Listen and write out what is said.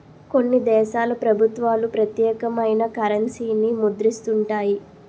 కొన్ని దేశాల ప్రభుత్వాలు ప్రత్యేకమైన కరెన్సీని ముద్రిస్తుంటాయి